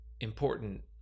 important